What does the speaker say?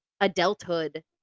adulthood